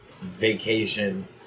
vacation